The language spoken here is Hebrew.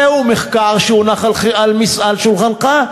זה המחקר שהונח על שולחנך.